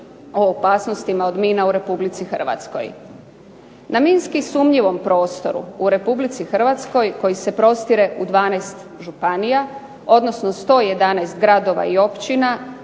o opasnostima od mina u Republici Hrvatskoj. Na minski sumnjivom prostoru u Republici Hrvatskoj koji se prostire u 12 županija, odnosno 111 gradova i općina